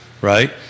right